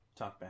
talkback